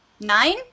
Nine